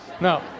no